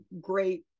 great